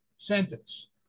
sentence